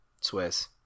Swiss